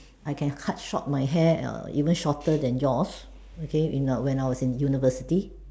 I can cut short my hair err even shorter than yours okay in the when I was in university